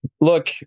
Look